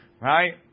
right